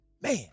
man